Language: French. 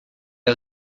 est